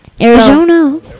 Arizona